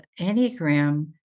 Enneagram